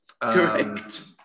Correct